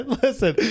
listen